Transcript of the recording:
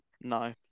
No